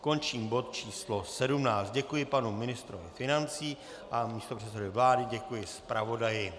Končím bod číslo 17, děkuji panu ministrovi financí a místopředsedovi vlády, děkuji zpravodaji.